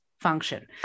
function